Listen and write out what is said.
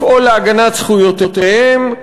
לפעול להגנת זכויותיהם,